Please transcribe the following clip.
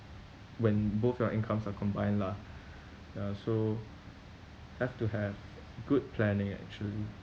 when both your incomes are combined lah ya so have to have good planning actually